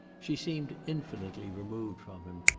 she seemed infinitely removed from him,